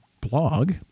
blog